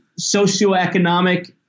socioeconomic